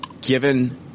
given